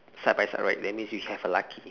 side by side right that means you have a lucky